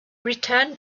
returned